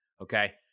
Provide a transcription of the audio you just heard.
Okay